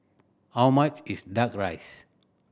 how much is Duck Rice